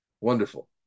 wonderful